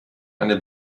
eine